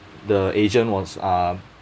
the agent was um